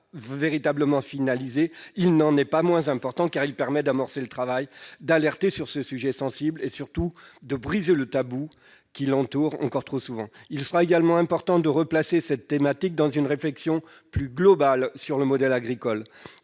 véritablement finalisé, il n'en est pas moins important, car il permet d'amorcer un travail, de lancer l'alerte sur ce sujet sensible et, surtout, de briser le tabou qui l'entoure encore trop souvent. Il sera également important de replacer cette thématique dans une réflexion plus globale sur le modèle agricole.